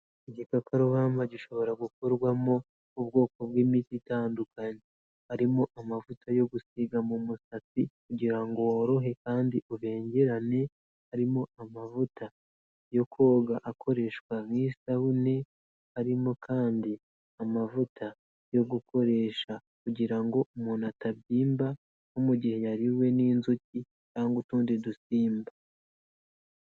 Igikakarubamba gishobora gukorwamo ubwoko bw'imitsi itandukanye, harimo amavuta yo gusiga mu musatsi kugira ngo worohe kandi ubengerane, harimo amavuta yo koga akoreshwa nk'isabune, harimo kandi amavuta yo gukoresha kugira ngo umuntu atabyimba nko mu gihe yariwe n'inzuki cyangwa utundi dusimba.